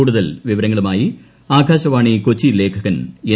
കൂടുതൽ വിവരങ്ങളുമായി ആകാശവാണി കൊച്ചി ലേഖകൻ എൻ